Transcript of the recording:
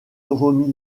remiremont